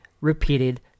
repeated